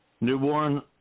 newborn